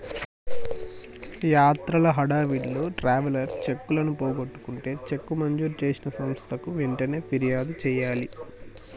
యాత్రల హడావిడిలో ట్రావెలర్స్ చెక్కులను పోగొట్టుకుంటే చెక్కు మంజూరు చేసిన సంస్థకు వెంటనే ఫిర్యాదు చేయాలి